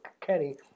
Kenny